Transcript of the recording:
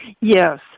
Yes